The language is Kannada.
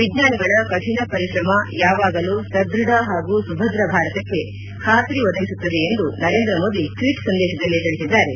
ವಿಚ್ವಾನಿಗಳ ಕಠಿಣ ಪರಿಶ್ರಮ ಯಾವಾಗಲೂ ಸದೃಢ ಹಾಗೂ ಸುಭದ್ರ ಭಾರತಕ್ಕೆ ಖಾತ್ರಿ ಒದಗಿಸುತ್ತದೆ ಎಂದು ನರೇಂದ್ರಮೋದಿ ಟ್ವೀಟ್ ಸಂದೇಶದಲ್ಲಿ ತಿಳಿಸಿದ್ದಾರೆ